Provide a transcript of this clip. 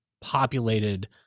populated